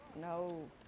No